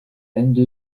ende